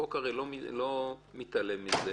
החוק הרי לא מתעלם מזה,